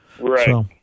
Right